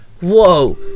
Whoa